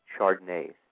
Chardonnays